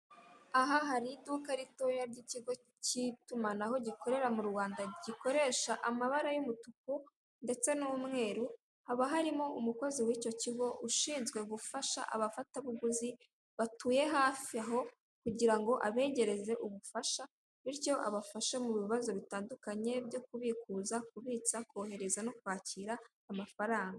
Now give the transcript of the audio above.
Aha hari iduka ritoya ry'ikigo k'itumanaho gikorera mu Rwanda, gikoresha amabara y'umutuku ndetse n'umweru, haba harimo umukozi w'icyo kigo, ushinzwe gufasha abafatabuguzi batuye hafi aho, kugira ngo abegereze ubufasha, bityo abafashe mu bibazo bitandukanye byo kubikuza, kubitsa, kohereza no kwakira amafaranga.